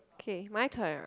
K my turn